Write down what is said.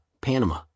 Panama